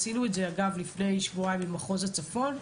עשינו את זה לפני שבועיים עם מחוז הצפון,